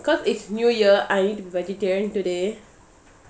because it's new year I eat vegetarian today